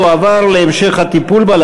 ותועבר להמשך הטיפול בה,